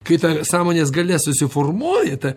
kai ta sąmonės galia susiformuoja ta